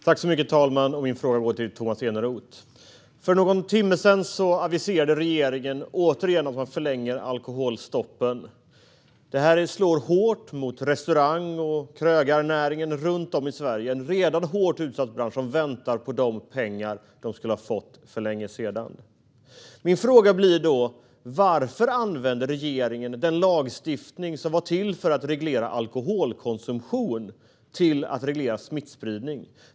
Fru talman! Min fråga går till Tomas Eneroth. För någon timme sedan aviserade regeringen återigen att man förlänger alkoholstoppen. Det här slår hårt mot restaurang och krögarnäringen runt om i Sverige. Det är en redan hårt utsatt bransch som väntar på de pengar som den skulle ha fått för länge sedan. Min fråga blir då: Varför använder regeringen den lagstiftning som var till för att reglera alkoholkonsumtion till att reglera smittspridning?